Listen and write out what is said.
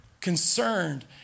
concerned